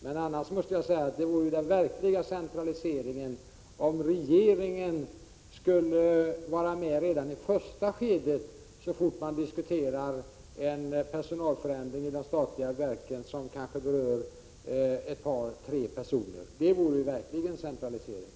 Det vore den verkliga centraliseringen om regeringen skulle vara med redan i första skedet, så fort man diskuterar en personalförändring vid statliga verken som kanske berör ett par tre personer. Det vore som sagt en verklig centralisering.